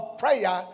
prayer